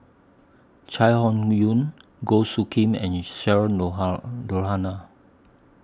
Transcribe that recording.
Chai Hon Yoong Goh Soo Khim and Cheryl Noronha